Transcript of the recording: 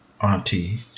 auntie